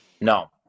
No